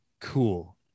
cool